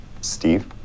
Steve